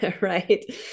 right